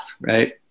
right